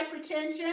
hypertension